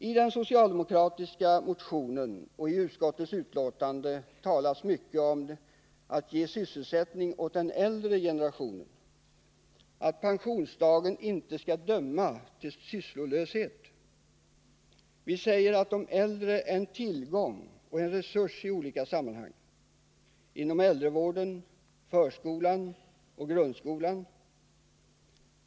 I den socialdemokratiska motionen liksom i utskottsbetänkandet talas mycket om att sysselsättning skall ges åt den äldre generationen och att pensionsdagen inte skall döma till sysslolöshet. Vi säger att de äldre är en tillgång och en resurs i olika sammanhang: inom äldrevården, förskolan och grundskolan.